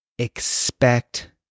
Expect